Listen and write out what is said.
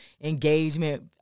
engagement